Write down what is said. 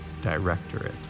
Directorate